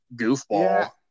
goofball